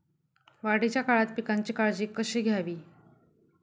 वाढीच्या काळात पिकांची काळजी कशी घ्यावी?